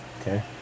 Okay